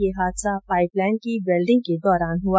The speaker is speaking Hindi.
ये हादसा पाईप लाईन की वेल्डिंग के दौरान हुआ